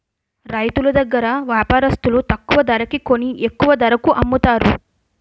రైతులు దగ్గర వ్యాపారస్తులు తక్కువ ధరకి కొని ఎక్కువ ధరకు అమ్ముతారు